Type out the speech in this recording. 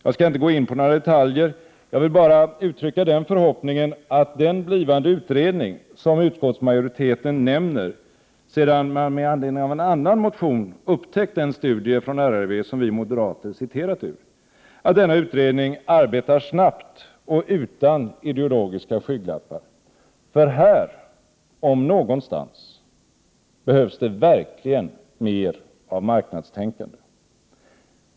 Jag skall inte gå in på några detaljer. Jag vill bara uttrycka den förhoppningen att den kommande utredning, som utskottsmajoriteten nämner, sedan man med anledning av en annan motion upptäckt den studie från RRV som vi moderater citerade ur, arbetar snabbt och utan ideologiska skygglappar. Här, om någonstans, behövs det verkligen mer av marknadstänkande. Herr talman!